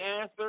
answer